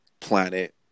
planet